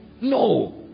No